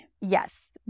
Yes